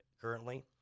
currently